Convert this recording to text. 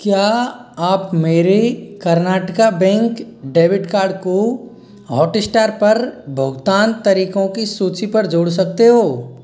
क्या आप मेरे कर्नाटका बैंक डेबिट कार्ड को हॉटइस्टार पर भुगतान तरीकों की सूची पर जोड़ सकते हो